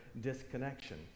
disconnection